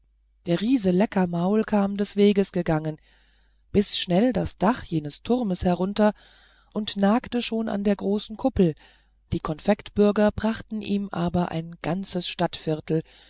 der riese leckermaul kam des weges gegangen biß schnell das dach jenes turmes herunter und nagte schon an der großen kuppel die konfektbürger brachten ihm aber ein ganzes stadtviertel